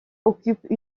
occupent